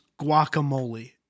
guacamole